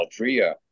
Altria